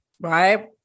right